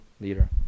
leader